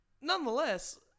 Nonetheless